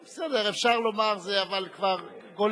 בסדר, אפשר לומר את זה, אבל זה גולש.